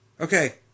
Okay